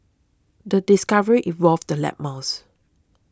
the discovery involved the lab mouse